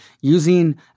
using